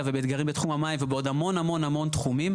ואתגרים בתחום המים ועוד המון המון תחומים.